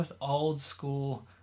old-school